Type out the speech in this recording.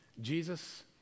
Jesus